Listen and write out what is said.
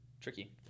tricky